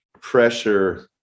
pressure